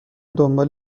دنبال